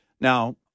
Now